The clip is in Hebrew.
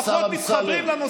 פחות מתחברים לנושא.